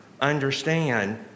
understand